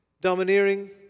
domineering